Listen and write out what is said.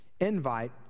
Invite